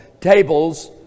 tables